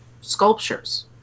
sculptures